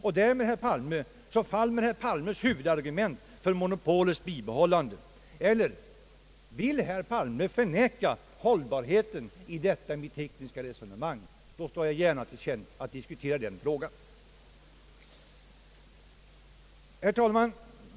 Och därmed, herr Palme, så faller huvudargumentet för monopolets vidmakthållande. Eller vill herr Palme förneka hållbarheten i detta mitt tekniska resonemang? Då står jag gärna till tjänst att diskutera den frågan. Herr talman!